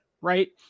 right